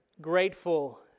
grateful